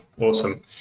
Awesome